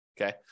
Okay